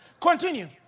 Continue